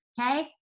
okay